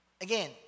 again